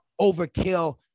overkill